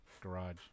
Garage